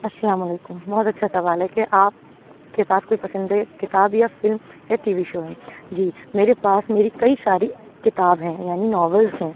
السّلام علیکم بہت اچھا سوال ہے کہ آپ کے پاس کوئی پسندیدہ کتاب یا فلم یا ٹی وی شو ہے جی میرے پاس میری کئی ساری کتاب ہیں یعنی ناولس ہیں